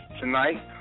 tonight